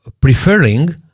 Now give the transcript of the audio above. preferring